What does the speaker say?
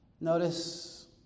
notice